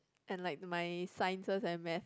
and like my sciences and math